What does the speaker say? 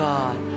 God